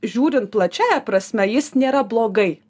žiūrint plačiąja prasme jis nėra blogai